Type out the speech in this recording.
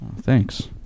Thanks